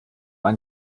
ein